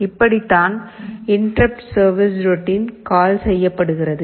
இப்படித்தான் interrupt service routine கால் செய்யப்படுகிறது